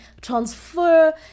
transfer